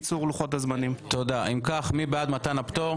מי בעד מתן הפטור?